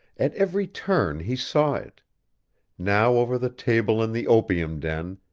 at every turn he saw it now over the table in the opium den,